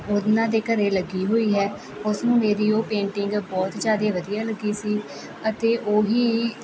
ਉਹਨਾਂ ਦੇ ਘਰ ਲੱਗੀ ਹੋਈ ਹੈ ਉਸਨੂੰ ਮੇਰੀ ਉਹ ਪੇਂਟਿੰਗ ਬਹੁਤ ਜ਼ਿਆਦਾ ਵਧੀਆ ਲੱਗੀ ਸੀ ਅਤੇ ਉਹ ਹੀ